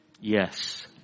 Yes